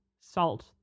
salt